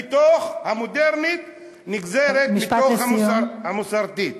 המודרנית נגזרת מתוך המסורתית,